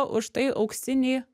už tai auksinį